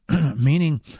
Meaning